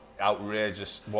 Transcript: outrageous